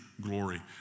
glory